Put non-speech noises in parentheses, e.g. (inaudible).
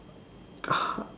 (noise)